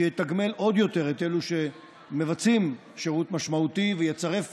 שיתגמל עוד יותר את אלו שמבצעים שירות משמעותי ויצרף